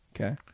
Okay